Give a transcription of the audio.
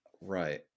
Right